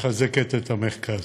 מחזקת את המרכז.